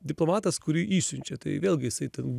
diplomatas kurį išsiunčia tai vėlgi jisai ten